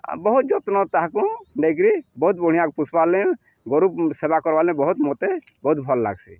ଆଉ ବହୁତ ଯତ୍ନ ତାହାକୁ ନେଇକରି ବହୁତ ବଢ଼ିଆ ପୁଷପାର୍ଲେ ଗୋରୁ ସେବା କର୍ ଲେ ବହୁତ ମୋତେ ବହୁତ ଭଲ ଲାଗ୍ସି